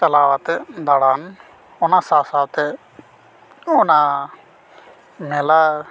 ᱪᱟᱞᱟᱣ ᱟᱛᱮᱜ ᱫᱟᱬᱟᱱ ᱚᱱᱟ ᱥᱟᱶ ᱥᱟᱶᱛᱮ ᱚᱱᱟ ᱢᱮᱞᱟ